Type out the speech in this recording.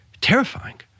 terrifying